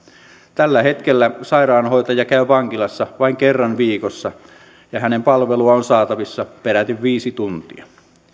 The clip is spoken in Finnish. tällä hetkellä sairaanhoitaja käy vankilassa vain kerran viikossa ja hänen palveluaan on saatavissa peräti viisi tuntia